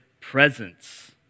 presence